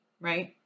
right